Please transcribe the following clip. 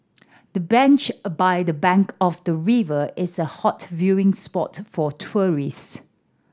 the bench by a the bank of the river is a hot viewing spot for tourists